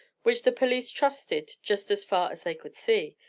which the police trusted just as far as they could see,